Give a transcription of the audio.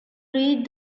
read